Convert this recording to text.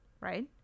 right